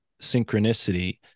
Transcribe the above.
synchronicity